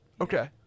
Okay